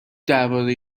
درباره